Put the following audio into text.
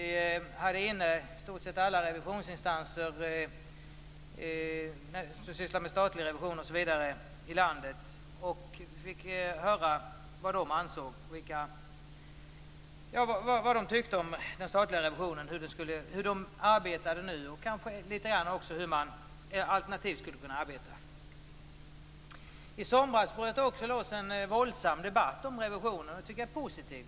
Vi hade inne i stort sett alla revisionsinstanser i landet som sysslar med statlig revision osv. och fick höra vad de tyckte om den statliga revisionen, hur de arbetade nu och kanske litet grand också om hur man alternativt skulle kunna arbeta. I somras bröt det också ut en våldsam debatt om revisionen, och det tycker jag är positivt.